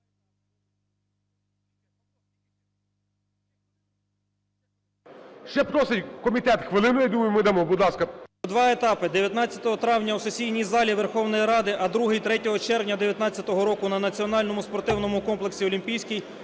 два етапи (19 травня у сесійній залі Верховної Ради, а другий – 3 червня 19-го року на Національному спортивному комплексі "Олімпійський")